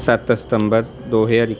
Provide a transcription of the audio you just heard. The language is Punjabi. ਸੱਤ ਸਤੰਬਰ ਦੋ ਹਜ਼ਾਰ ਇੱਕੀ